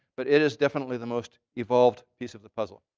but it is definitely the most evolved piece of the puzzle.